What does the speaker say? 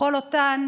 בכל אותם